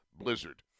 blizzard